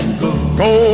go